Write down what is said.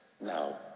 Now